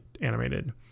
animated